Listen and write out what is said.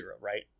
right